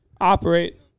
operate